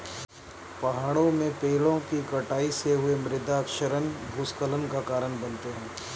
पहाड़ों में पेड़ों कि कटाई से हुए मृदा क्षरण भूस्खलन का कारण बनते हैं